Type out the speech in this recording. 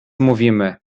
mówimy